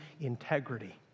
integrity